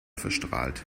verstrahlt